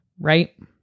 Right